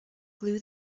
glue